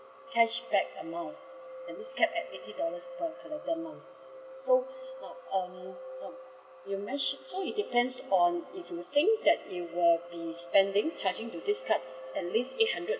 cashback amount that's mean cap at eighty dollar per calendar month so now um no you men~ so it depend on if you think that you will be spending charging to this card at least eight hundred